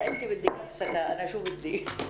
הישיבה ננעלה בשעה 12:30 .